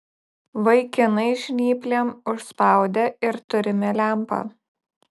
vaikinai žnyplėm užspaudė ir turime lempą